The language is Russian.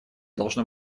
должно